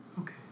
Okay